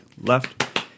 left